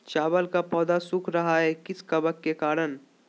चावल का पौधा सुख रहा है किस कबक के करण?